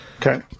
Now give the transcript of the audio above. Okay